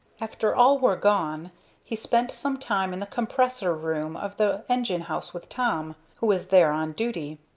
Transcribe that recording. after all were gone he spent some time in the compressor-room of the engine-house with tom, who was there on duty.